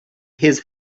his